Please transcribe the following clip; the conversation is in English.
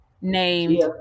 named